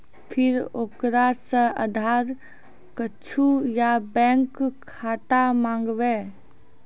फिर ओकरा से आधार कद्दू या बैंक खाता माँगबै?